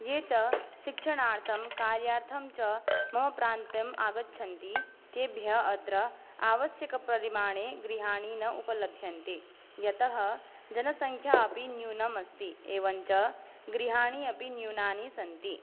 ये च शिक्षणार्थं कार्यार्थं च मम प्रान्त्यम् आगच्छन्ति तेभ्यः अत्र आवश्यकपरिमाणे गृहाणि न उपलभ्यन्ते यतः जनसङ्ख्या अपि न्यूनम् अस्ति एवं च गृहाणि अपि न्यूनानि सन्ति